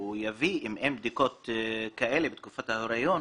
אם אין בדיקות כאלה בתקופת ההריון,